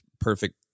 perfect